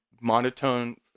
monotone